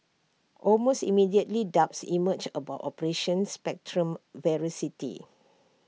almost immediately doubts emerged about operations Spectrum's veracity